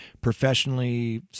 professionally